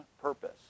purpose